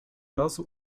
razu